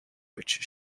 which